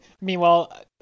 Meanwhile